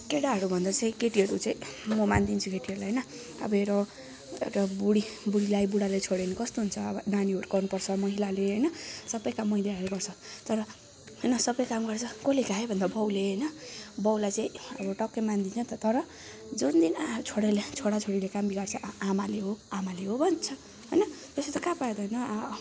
केटाहरूभन्दा चाहिँ केटीहरू चाहिँ म मानिदिन्छु केटीहरूलाई होइन अब हेर एउटा बुढीबुढीलाई बुढाले छोड्यो भने कस्तो हुन्छ अब नानी हुर्काउनुपर्छ महिलाले होइन सबै काम महिलाले गर्छ तर होइन सबै काम गर्छ कसले हुर्कायो भन्दा बाउले होइन बाउलाई चाहिँ अब टक्कै मान्दिनँ तर जुन दिन आ छोरीले छोराछोरीले काम बिगार्छ आमाले हो आमाले हो भन्छ होइन त्यस्तो त कहाँ पायो त होइन